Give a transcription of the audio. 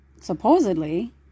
supposedly